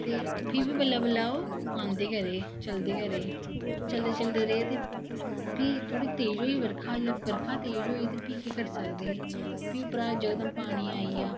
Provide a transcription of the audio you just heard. ते फिह् बी बल्लें बल्लें ओह् आंदे गै रेह् चलदे गै रेह् चलेदे चलदे रेह् ते फ्ही थोह्ड़ी थोह्ड़ी तेज होई बर्खा जिसलै बऱखा तेज होई ते फ्ही केह् करी सकदा हे फ्ही उपरा जकदम पानी आई गेआ